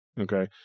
okay